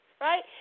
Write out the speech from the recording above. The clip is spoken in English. right